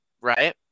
right